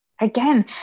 Again